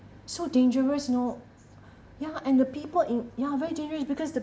so dangerous you know ya and the people in ya very dangerous because the